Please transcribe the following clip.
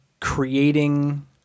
creating